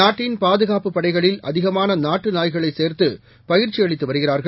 நாட்டின்பாதுகாப்புப்படைகளில்அதிகமானநாட்டுநாய்க ளைசேர்த்து பயிற்சிஅளித்துவருகிறார்கள்